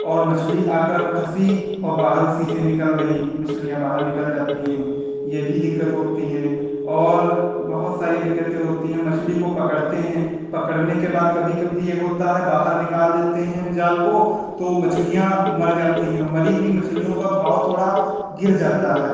और मछली आकर फंसी और बाहर उसी से निकल गईं मछलियाँ बाहर निकल जाती हैं ये भी दिक्कत होती है और बहुत सारी दिक्कतें होती हैं मछली को पकड़ते हैं पकड़ने के बाद कभी कभी ये होता है बाहर निकाल देते हैं हम जाल को तो मछलियाँ मर जाती हैं और मरी हुई मछलियों का भाव थोड़ा गिर जाता है